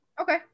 Okay